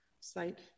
site